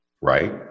Right